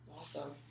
Awesome